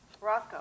Rocco